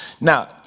now